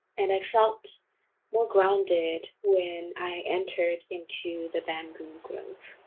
and i felt more grounded when i entered into the bamboo grove.